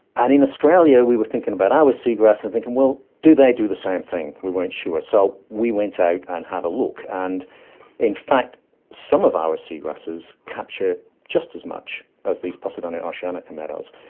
and in australia we were thinking about our seagrass and thinking, well, do they do the same thing? we weren't sure. so we went out and had a look. and in fact some of our seagrasses capture just as much as these posidonia oceanica meadows.